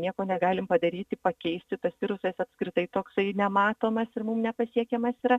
nieko negalim padaryti pakeisti tas virusas apskritai toksai nematomas ir mums nepasiekiamas yra